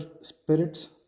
spirits